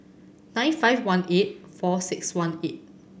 nine five one eight four six one eight